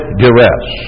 duress